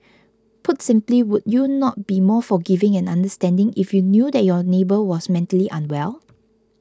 put simply would you not be more forgiving and understanding if you knew that your neighbour was mentally unwell